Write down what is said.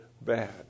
bad